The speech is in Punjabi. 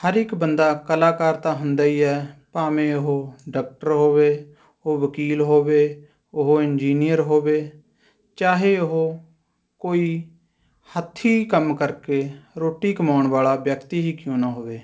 ਹਰ ਇੱਕ ਬੰਦਾ ਕਲਾਕਾਰ ਤਾਂ ਹੁੰਦਾ ਹੀ ਹੈ ਭਾਵੇਂ ਉਹ ਡਾਕਟਰ ਹੋਵੇ ਉਹ ਵਕੀਲ ਹੋਵੇ ਉਹ ਇੰਜਨੀਅਰ ਹੋਵੇ ਚਾਹੇ ਉਹ ਕੋਈ ਹੱਥੀਂ ਕੰਮ ਕਰਕੇ ਰੋਟੀ ਕਮਾਉਣ ਵਾਲਾ ਵਿਅਕਤੀ ਹੀ ਕਿਉਂ ਨਾ ਹੋਵੇ